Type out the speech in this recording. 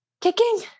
kicking